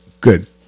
Good